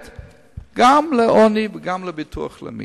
גם לעוני וגם לביטוח לאומי,